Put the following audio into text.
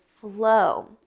flow